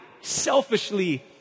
selfishly